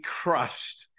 crushed